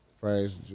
Praise